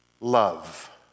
love